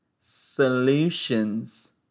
solutions